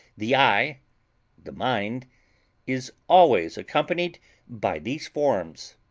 the eye the mind is always accompanied by these forms,